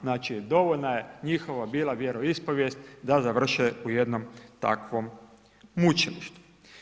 Znači dovoljna je njihova bila vjeroispovijest da završe u jednom takvom mučilištu.